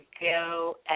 go